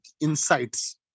insights